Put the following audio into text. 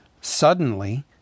Suddenly